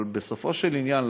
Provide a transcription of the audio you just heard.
אבל בסופו של עניין,